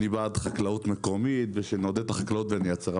אני בעד חקלאות מקומית ושנעודד את החקלאות ונייצר,